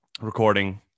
recording